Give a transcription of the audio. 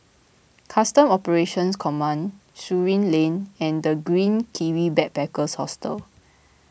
Customs Operations Command Surin Lane and the Green Kiwi Backpackers Hostel